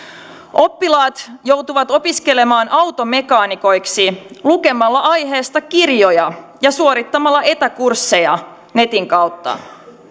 oppilaat joutuvat opiskelemaan automekaanikoiksi lukemalla aiheesta kirjoja ja suorittamalla etäkursseja netin kautta